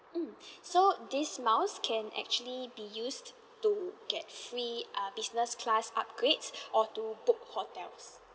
mm so this miles can actually be used to get free err business class upgrade or to book hotels